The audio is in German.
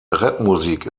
rapmusik